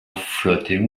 flirting